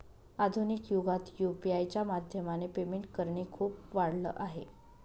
आधुनिक युगात यु.पी.आय च्या माध्यमाने पेमेंट करणे खूप वाढल आहे